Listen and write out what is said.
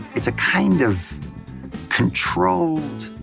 it's a kind of controlled,